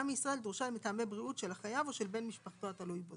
מישראל תורשה מטעמי בריאות של החייב או של בן משפחתו התלוי בו.